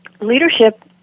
Leadership